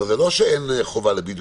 אבל זה לא שאין חובה לבידוד.